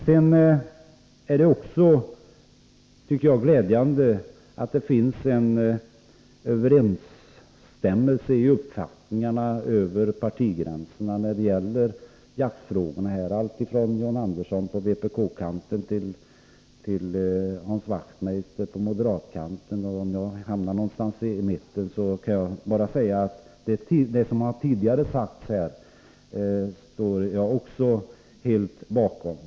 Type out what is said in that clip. Sedan tycker jag att det är glädjande att det finns en överensstämmelse i uppfattningarna över partigränserna när det gäller jaktfrågorna — alltifrån John Andersson på vpk-kanten till Hans Wachtmeister på moderat-kanten. Om jag hamnar någonstans i mitten så kan jag bara säga att också jag står bakom det som tidigare har sagts här i kammaren i denna fråga.